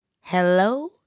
hello